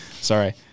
Sorry